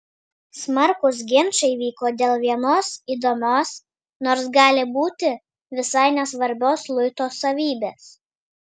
smarkūs ginčai vyko dėl vienos įdomios nors gali būti visai nesvarbios luito savybės